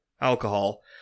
alcohol